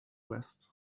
west